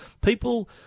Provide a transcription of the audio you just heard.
People